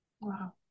Wow